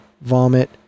vomit